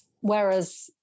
Whereas